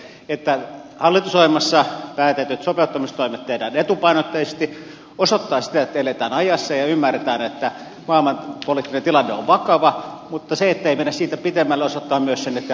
se että hallitusohjelmassa päätetyt sopeuttamistoimet tehdään etupainotteisesti osoittaa sitä että eletään ajassa ja ymmärretään että maailmanpoliittinen tilanne on vakava mutta se ettei mennä siitä pitemmälle osoittaa myös sen ettei haluta lähteä panikoimaan